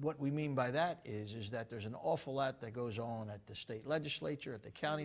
what we mean by that is that there's an awful lot that goes on at the state legislature at the county